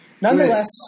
nonetheless